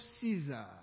Caesar